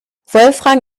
wolfram